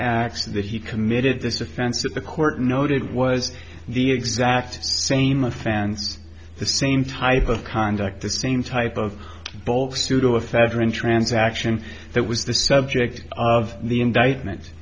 acts that he committed this offense at the court noted was the exact same offense the same type of conduct the same type of pseudoephedrine transaction that was the subject of the indictment